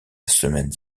semaine